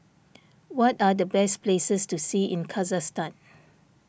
what are the best places to see in Kazakhstan